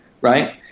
right